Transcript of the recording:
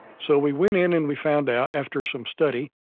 so we went in and we found out, after some study,